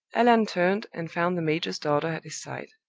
allan turned, and found the major's daughter at his side.